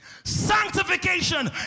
sanctification